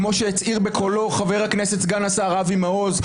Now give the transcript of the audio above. כמו שהצהיר בקולו חבר הכנסת סגן השר אבי מעוז,